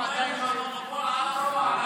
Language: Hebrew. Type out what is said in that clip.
מונופול על הרוע?